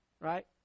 right